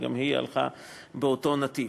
שגם היא הלכה באותו נתיב.